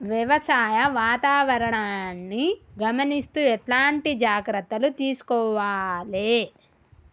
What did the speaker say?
వ్యవసాయ వాతావరణాన్ని గమనిస్తూ ఎట్లాంటి జాగ్రత్తలు తీసుకోవాలే?